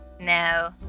no